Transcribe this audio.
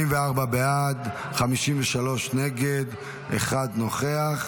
44 בעד, 53 נגד, אחד נוכח.